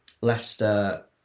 Leicester